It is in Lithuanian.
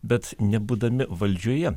bet nebūdami valdžioje